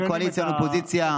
אין קואליציה ואופוזיציה,